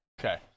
Okay